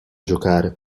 giocare